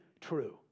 true